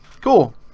Cool